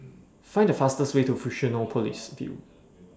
Find The fastest Way to Fusionopolis View